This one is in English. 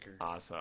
Awesome